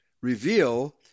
reveal